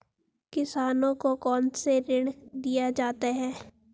किसानों को कौन से ऋण दिए जाते हैं?